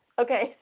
Okay